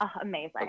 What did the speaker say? Amazing